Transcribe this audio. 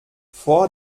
vor